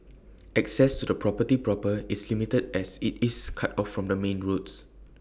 access to the property proper is limited as IT is cut off from the main roads